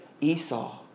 Esau